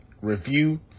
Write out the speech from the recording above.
review